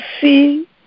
see